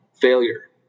failure